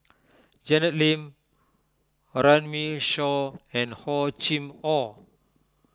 Janet Lim Runme Shaw and Hor Chim or